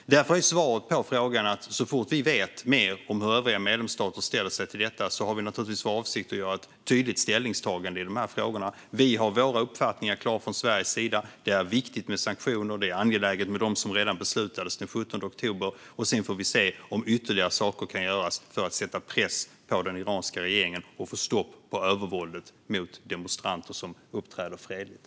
Därför är svaret på frågan att så fort vi vet mer om hur övriga medlemsstater ställer sig till detta har vi naturligtvis för avsikt att göra ett tydligt ställningstagande i de här frågorna. Vi har vår uppfattning klar från Sveriges sida: Det är viktigt med sanktioner och angeläget med dem som redan beslutades den 17 oktober. Sedan får vi se om ytterligare saker kan göras för att sätta press på den iranska regeringen och få stopp på övervåldet mot demonstranter som uppträder fredligt.